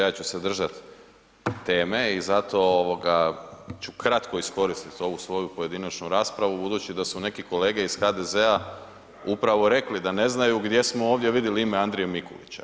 Ja ću se držati teme i zato ću kratko iskoristiti ovu svoju pojedinačnu raspravu budući da su neki kolege iz HDZ-a upravo rekli da ne znaju gdje smo ovdje vidjeli ime Andrije Mikulića.